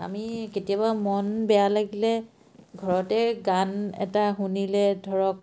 আমি কেতিয়াবা মন বেয়া লাগিলে ঘৰতে গান এটা শুনিলে ধৰক